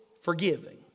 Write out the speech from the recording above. forgiving